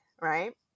right